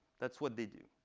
that's what they do.